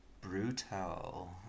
brutal